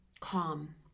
calm